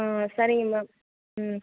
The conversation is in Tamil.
ஆ சரிங்க மேம் ம்